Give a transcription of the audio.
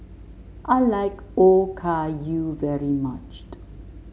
I like Okayu very much